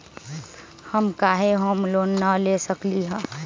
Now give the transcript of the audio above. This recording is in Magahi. हम काहे होम लोन न ले सकली ह?